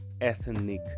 ethnic